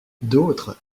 d’autres